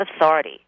authority